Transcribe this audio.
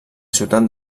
ciutat